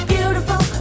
Beautiful